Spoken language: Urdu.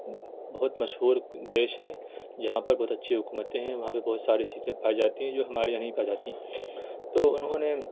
بہت مشہور دیش ہے جہاں پر بہت اچھی حکومتیں ہیں وہاں پہ بہت ساری چیزیں پائی جاتی ہیں جو ہمارے یہاں نہیں پائی جاتیں تو انہوں نے